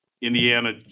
Indiana